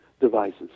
devices